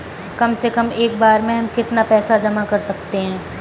कम से कम एक बार में हम कितना पैसा जमा कर सकते हैं?